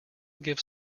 gives